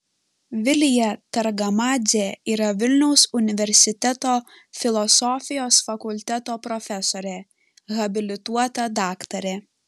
vilija targamadzė yra vilniaus universiteto filosofijos fakulteto profesorė habilituota daktarė